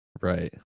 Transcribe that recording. Right